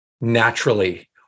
naturally